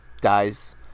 dies